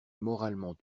moralement